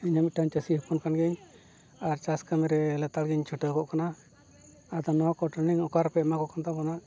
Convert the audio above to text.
ᱤᱧᱟᱹᱜ ᱢᱤᱫᱴᱟᱝ ᱪᱟᱹᱥᱤ ᱦᱚᱯᱚᱱ ᱠᱟᱱ ᱜᱤᱭᱟᱹᱧ ᱟᱨ ᱪᱟᱥ ᱠᱟᱹᱢᱤ ᱨᱮ ᱞᱮᱛᱟᱲ ᱜᱤᱧ ᱪᱷᱩᱴᱟᱹᱣ ᱠᱚᱜ ᱠᱟᱱᱟ ᱟᱫᱚ ᱱᱚᱣᱟ ᱠᱚ ᱴᱨᱮᱱᱤᱝ ᱚᱠᱟᱨᱮᱯᱮ ᱮᱢᱟ ᱠᱚ ᱠᱟᱱ ᱛᱟᱵᱚᱱᱟ